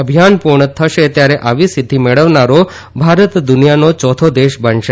અભિયાન પૂર્ણ થશે ત્યારે આવી સિતેધ્ધ મેળવનારો ભારત દુનિયાનો ચોથો દેશ બનશે